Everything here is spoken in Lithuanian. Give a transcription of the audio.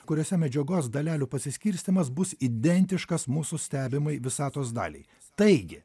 kuriose medžiagos dalelių pasiskirstymas bus identiškas mūsų stebimai visatos daliai taigi